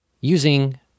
using